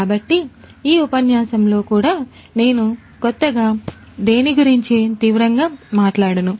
కాబట్టి ఈ ఉపన్యాసంలో కూడా నేను కొత్తగా దేని గురించి తీవ్రంగా మాట్లాడను